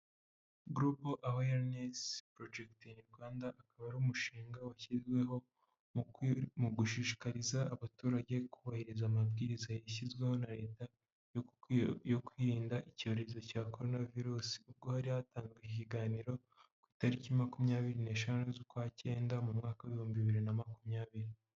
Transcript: Global arereness project in Rwanda, akaba ari umushinga washyizweho mu gushishikariza abaturage kubahiriza amabwiriza yashyizweho na Leta yo kwirinda icyorezo cya corona virus. Ubwo hari hatangijwe ikiganiro, ku itariki makumyabiri neshanu z'ukwacyenda mu mwaka w'ibihumbi bibiri na makumyabiri.